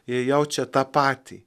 jie jaučia tą patį